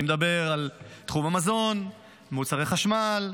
אני מדבר על תחום המזון, מוצרי חשמל,